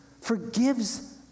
forgives